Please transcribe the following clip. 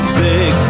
big